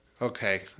okay